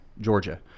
Georgia